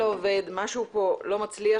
משהו פה לא מצליח,